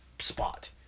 spot